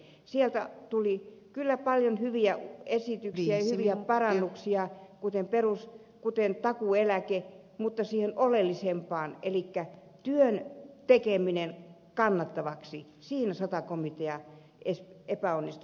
sieltä tuli kyllä paljon hyviä esityksiä hyviä parannuksia kuten takuueläke mutta siinä oleellisemmassa eli työn tekemisessä kannattavaksi sata komitea epäonnistui